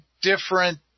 different